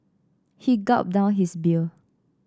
he gulped down his beer